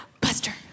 Buster